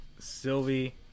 Sylvie